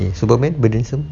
okay superman burdensome